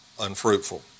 unfruitful